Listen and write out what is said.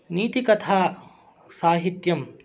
नीतिकथा साहित्यं